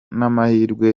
n’amahirwe